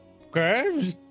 Okay